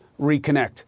reconnect